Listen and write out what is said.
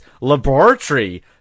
Laboratory